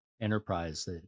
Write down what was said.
enterprise